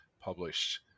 published